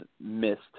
missed